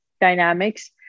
dynamics